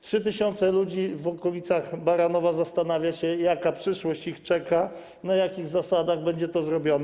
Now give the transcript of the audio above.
3 tys. ludzi w okolicach Baranowa zastanawia się, jaka przyszłość ich czeka, na jakich zasadach będzie to zrobione.